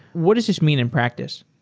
what does this mean in practice?